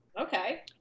Okay